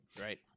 Right